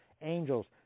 angels